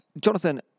Jonathan